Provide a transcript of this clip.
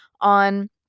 on